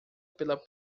pela